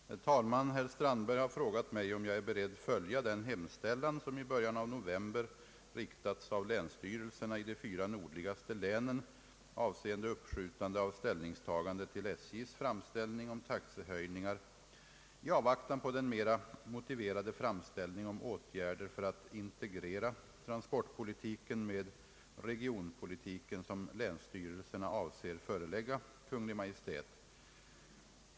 Herr talman! Herr Strandberg har frågat mig om jag är beredd följa den hemställan som i början av november riktats av länsstyrelserna i de fyra nordligaste länen avseende uppskjutande av ställningstagande till SJ:s framställning om taxehöjningar i avvaktan på den mera motiverade framställningen om åtgärder för att integrera transportpolitiken med regionpolitiken som länsstyrelserna avser förelägga Kungl. Maj:t.